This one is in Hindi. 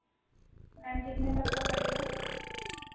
मैम कितने तक का पड़ेगा